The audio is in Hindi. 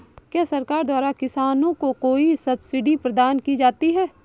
क्या सरकार द्वारा किसानों को कोई सब्सिडी प्रदान की जाती है?